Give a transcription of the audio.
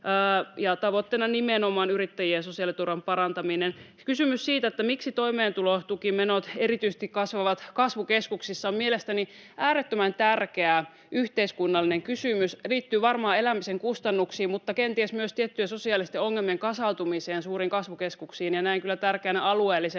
Tavoitteena on nimenomaan yrittäjien sosiaaliturvan parantaminen. Kysymys siitä, miksi toimeentulotukimenot kasvavat erityisesti kasvukeskuksissa, on mielestäni äärettömän tärkeä yhteiskunnallinen kysymys. Se liittyy varmaan elämisen kustannuksiin mutta kenties myös tiettyjen sosiaalisten ongelmien kasautumiseen suuriin kasvukeskuksiin, ja näen kyllä tärkeänä myös alueellisesta